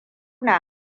na